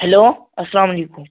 hello اَسلامُ علیکُم